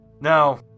No